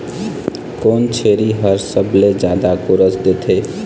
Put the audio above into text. कोन छेरी हर सबले जादा गोरस देथे?